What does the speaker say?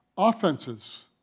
Offenses